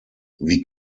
wie